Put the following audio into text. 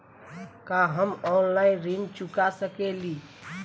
का हम ऑनलाइन ऋण चुका सके ली?